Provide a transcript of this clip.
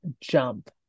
Jump